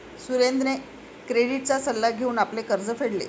सुरेंद्रने क्रेडिटचा सल्ला घेऊन आपले कर्ज फेडले